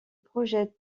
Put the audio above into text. projette